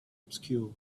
obscure